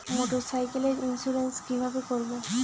মোটরসাইকেলের ইন্সুরেন্স কিভাবে করব?